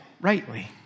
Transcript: rightly